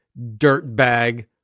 dirtbag-